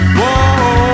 Whoa